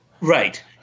Right